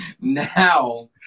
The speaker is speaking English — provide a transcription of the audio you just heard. now